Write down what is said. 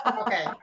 Okay